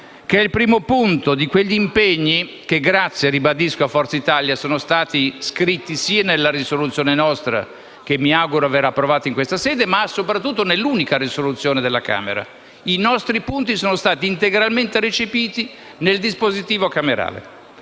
del primo punto di quegli impegni che, lo ribadisco, grazie a Forza Italia, sono stati scritti sia nella nostra risoluzione, che mi auguro verrà approvata in questa sede, sia soprattutto nell'unica risoluzione della Camera; i nostri punti sono stati integralmente recepiti nel dispositivo della